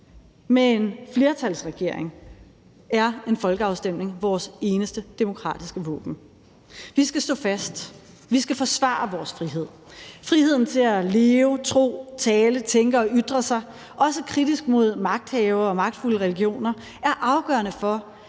Med en flertalsregering er en folkeafstemning vores eneste demokratiske våben. Vi skal stå fast, og vi skal forsvare vores frihed. Friheden til at leve, tro, tale, tænke og ytre sig, også kritisk, mod magthavere og magtfulde religioner er afgørende for,